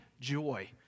joy